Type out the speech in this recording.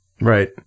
Right